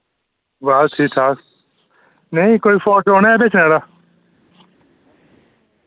बस ठीक ठाक नेईं कोई फोन शोन है बेचने आह्ला